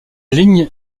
ligne